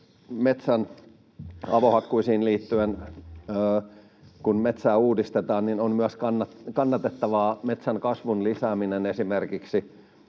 metsän avohakkuisiin liittyen. Kun metsää uudistetaan, niin on kannatettavaa myös metsän kasvun lisääminen